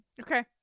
Okay